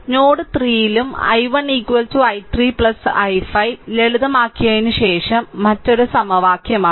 node 3 ലും i1 i3 i5 ലളിതമാക്കിയതിനുശേഷം ഇത് മറ്റൊരു സമവാക്യമാണ്